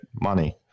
money